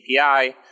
API